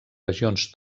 regions